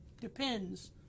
depends